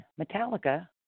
Metallica